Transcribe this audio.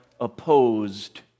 opposed